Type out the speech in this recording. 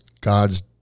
God's